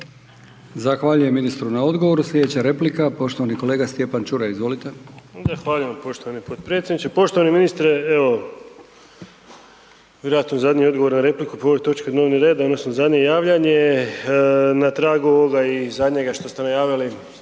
Zahvaljujem ministru na odgovoru. Sljedeća replika poštovani kolega Stjepan Čuraj. Izvolite. **Čuraj, Stjepan (HNS)** Zahvaljujem poštovani potpredsjedniče. Poštovani ministre, evo vjerojatno je zadnji odgovor na repliku po ovoj točki dnevnog reda, odnosno zadnje javljanje, na tragu ovoga i zadnjega što ste najavili